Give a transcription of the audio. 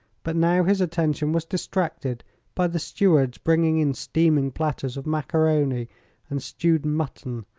but now his attention was distracted by the stewards bringing in steaming platters of macaroni and stewed mutton,